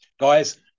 Guys